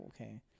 Okay